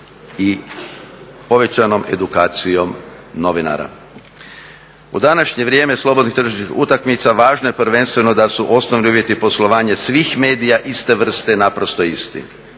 i povećanom edukacijom novinara. U današnje vrijeme slobodnih tržišnih utakmica, važno je prvenstveno da su osnovi uvjeti poslovanja svih medija iste vrste naprosto isti.